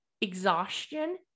exhaustion